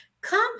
Come